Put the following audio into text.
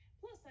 plus